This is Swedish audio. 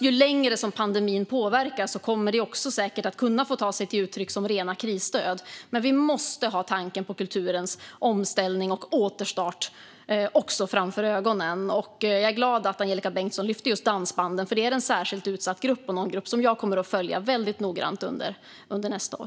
Ju längre pandemin påverkar, desto mer kommer de pengarna också säkert att ta sig uttryck som rena krisstöd, men vi måste också ha tanken på kulturens omställning och återstart framför ögonen. Jag är glad att Angelika Bengtsson lyfte upp just dansbanden, för det är en särskilt utsatt grupp som jag kommer att följa noggrant under nästa år.